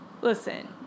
Listen